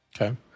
Okay